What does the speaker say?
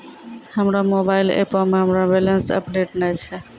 हमरो मोबाइल एपो मे हमरो बैलेंस अपडेट नै छै